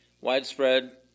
widespread